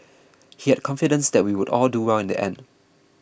he had confidence that we would all do well in the end